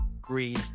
Green